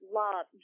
love